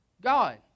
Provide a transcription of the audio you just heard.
God